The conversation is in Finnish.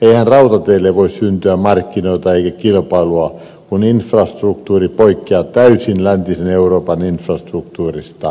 eihän rautateille voi syntyä markkinoita eikä kilpailua kun infrastruktuuri poikkeaa täysin läntisen euroopan infrastruktuurista